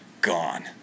gone